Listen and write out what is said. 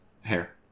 hair